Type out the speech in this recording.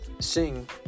sing